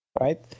right